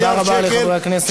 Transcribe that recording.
תודה רבה לחבר הכנסת באסל גטאס.